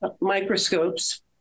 microscopes